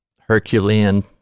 Herculean